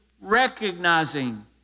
recognizing